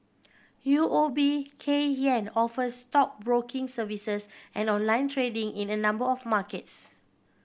U O B Kay Hian offers stockbroking services and online trading in a number of markets